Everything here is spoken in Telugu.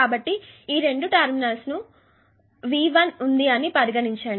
కాబట్టి ఈ 2 టెర్మినల్ ను మధ్య V1 ఉంది అని పరిగణించండి